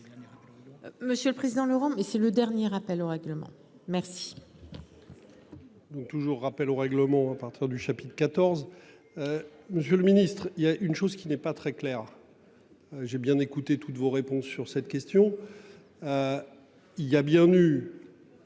Monsieur le président Laurent mais c'est le dernier rappel au règlement, merci.